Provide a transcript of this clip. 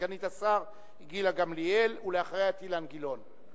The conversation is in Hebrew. סגנית השר גילה גמליאל, ואחריה, את אילן גילאון.